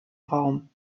raum